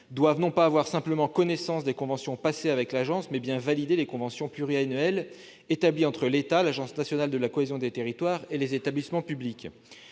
doivent, non pas avoir simplement connaissance des conventions passées avec l'agence, mais bien valider les conventions pluriannuelles établies entre l'État, l'agence nationale de la cohésion des territoires et les établissements publics.